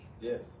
Yes